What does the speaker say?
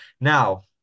now